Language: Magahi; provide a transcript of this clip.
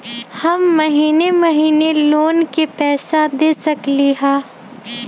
हम महिने महिने लोन के पैसा दे सकली ह?